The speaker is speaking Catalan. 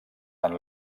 tant